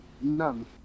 None